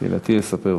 "תהִלתי יספֵּרו".